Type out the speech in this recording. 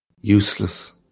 Useless